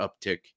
uptick